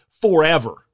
forever